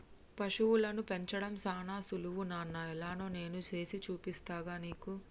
పశువులను పెంచడం సానా సులువు నాన్న ఎలానో నేను సేసి చూపిస్తాగా నీకు